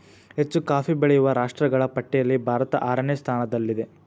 ಹೆಚ್ಚು ಕಾಫಿ ಬೆಳೆಯುವ ರಾಷ್ಟ್ರಗಳ ಪಟ್ಟಿಯಲ್ಲಿ ಭಾರತ ಆರನೇ ಸ್ಥಾನದಲ್ಲಿದೆ